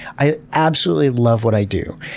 i absolutely love what i do.